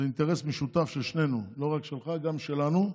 זה אינטרס משותף של שנינו, לא רק שלך, גם שלנו.